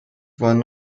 one